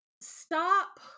Stop